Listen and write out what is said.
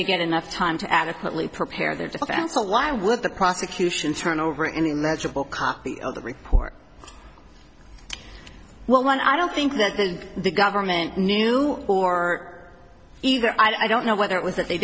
they get enough time to adequately prepare their defense so why would the prosecution turn over in that triple copy of the report well one i don't think that the government knew or either i don't know whether it was that they